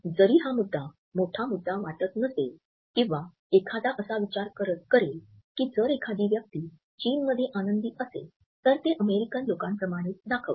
जरी हा मोठा मुद्दा वाटत नसेल किंवा एखादा असा विचार करेल की जर एखादी व्यक्ती चीनमध्ये आनंदी असेल तर ते अमेरिकन लोकांप्रमाणेच दाखवतील